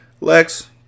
Lex